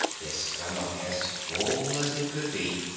his stomach as full as it could be.